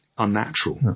unnatural